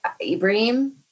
Ibrahim